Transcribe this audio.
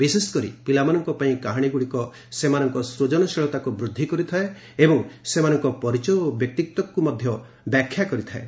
ବିଶେଷକରି ପିଲାମାନଙ୍କ ପାଇଁ କାହାଣୀଗୁଡ଼ିକ ସେମାନଙ୍କ ସୂଜନଶୀତଳାକୁ ବୃଦ୍ଧି କରିଥାଏ ଏବଂ ସେମାନଙ୍କ ପରିଚୟ ଓ ବ୍ୟକ୍ତିତ୍ୱକୁ ବ୍ୟାଖ୍ୟା କରିଥାଏ